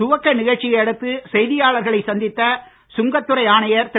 துவக்க நிகழ்ச்சியை அடுத்து செய்தியாளர்களை சந்தித்த சுங்கத் துறை ஆணையர் திரு